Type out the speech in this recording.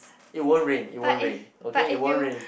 it won't rain it won't rain okay it won't rain